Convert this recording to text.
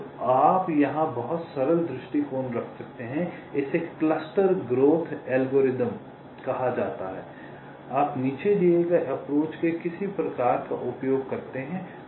तो आप यहाँ बहुत सरल दृष्टिकोण रख सकते हैं इसे क्लस्टर ग्रोथ एल्गोरिथम कहा जाता है आप नीचे दिए गए अप्रोच के किसी प्रकार का उपयोग करते हैं